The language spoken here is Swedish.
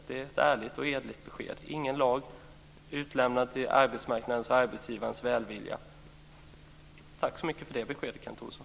Det är ett ärligt och hederligt besked. Ingen lag - kvinnorna är utlämnade till arbetsmarknadens och arbetsgivarens välvilja. Tack så mycket för det beskedet, Kent Olsson.